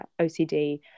OCD